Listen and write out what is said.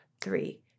three